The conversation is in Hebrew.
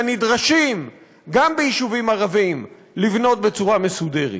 הנדרשים גם ביישובים ערביים לבנות בצורה מסודרת.